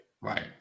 Right